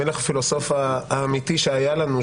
המלך-פילוסוף האמיתי שהיה לנו,